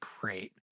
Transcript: great